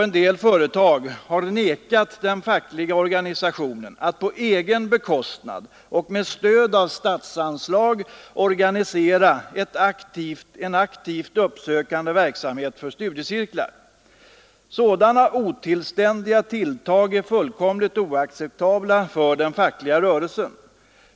En del företag har nekat den fackliga organisationen att på egen bekostnad och med stöd av statsanslag organisera en aktivt uppsökande verksamhet för studiecirklar. Sådana otillständiga tilltag är fullkomligt oacceptabla för den fackliga rörelsen.